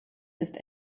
ist